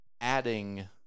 adding